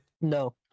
No